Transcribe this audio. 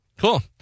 Cool